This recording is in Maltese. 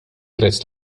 prezz